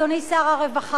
אדוני שר הרווחה,